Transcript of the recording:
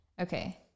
Okay